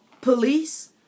police